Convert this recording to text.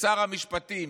שר המשפטים,